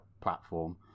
platform